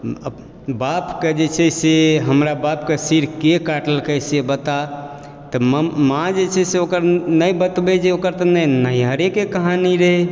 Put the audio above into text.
बापके जे छै से हमरा बापके सिर के काटलकै से बता माँ जे छै से नहि बतबै जे ओकर तऽ नैहरे कहानी रहै